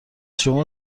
شما